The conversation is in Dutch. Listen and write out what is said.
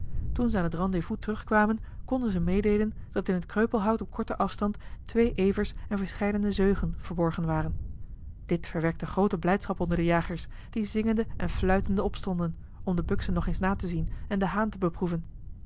toen ze aan het rendez-vous terugkwamen konden ze meedeelen dat in het kreupelhout op korten afstand twee evers en verscheidene zeugen verborgen waren dit verwekte groote blijdschap onder de jagers die zingende en fluitende opstonden om de buksen nog eens na te zien en den haan te beproeven